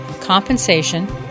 compensation